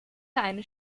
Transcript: eine